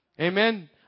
Amen